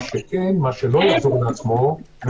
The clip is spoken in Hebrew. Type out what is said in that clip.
מה שלא יחזור לעצמו זה